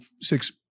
six